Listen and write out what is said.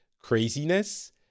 craziness